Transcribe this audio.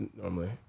normally